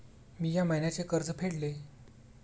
मी या महिन्याचे कर्ज फेडले